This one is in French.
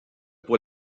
pour